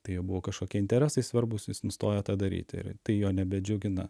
tai jo buvo kažkokie interesai svarbūs jis nustoja tą daryti ir tai jo nebedžiugina